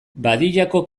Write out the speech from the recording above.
bediako